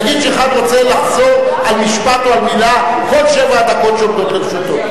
נגיד שאחד רוצה לחזור על משפט או על מלה כל שבע הדקות שעומדות לרשותו.